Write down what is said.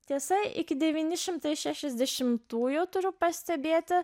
tiesa iki devyni šimtai šešiasdešimtųjų turiu pastebėti